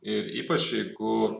ir ypač jeigu